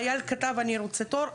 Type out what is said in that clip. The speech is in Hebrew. לדוגמה, חייל כתב: אני רוצה תור.